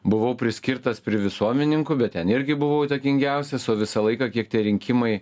buvau priskirtas prie visuomeninkų bet ten irgi buvau įtakingiausias o visą laiką kiek tie rinkimai